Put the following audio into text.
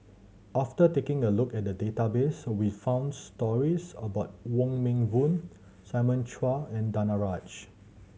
after taking a look at the database we found stories about Wong Meng Voon Simon Chua and Danaraj